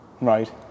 Right